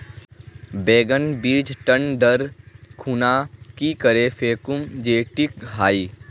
बैगन बीज टन दर खुना की करे फेकुम जे टिक हाई?